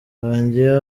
yongeye